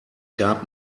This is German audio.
gab